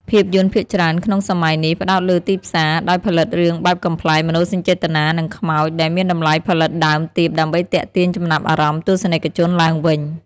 ភាពយន្តភាគច្រើនក្នុងសម័យនេះផ្តោតលើទីផ្សារ ដោយផលិតរឿងបែបកំប្លែង មនោសញ្ចេតនា និងខ្មោច ដែលមានតម្លៃផលិតដើមទាបដើម្បីទាក់ទាញចំណាប់អារម្មណ៍ទស្សនិកជនឡើងវិញ។